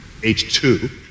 H2